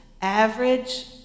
average